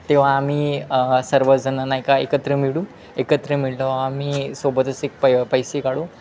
तेव्हा आम्ही सर्वजणांना का एकत्र मिळू एकत्र मिळालो आम्ही सोबतच एक पै पैसे काढू